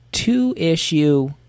Two-issue